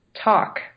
talk